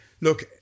look